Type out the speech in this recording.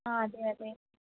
ആ അതെ അതെ